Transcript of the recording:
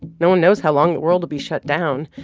no one knows how long the world will be shut down.